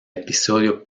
episodio